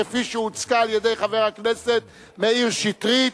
כפי שהוצגה על-ידי חבר הכנסת מאיר שטרית.